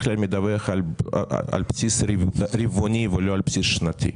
כלל מדווח על בסיס רבעוני ולא על בסיס שנתי,